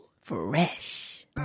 fresh